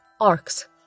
Arcs